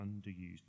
underused